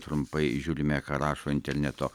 trumpai žiūrime ką rašo interneto